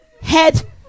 head